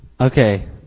Okay